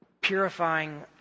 purifying